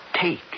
take